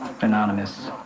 Anonymous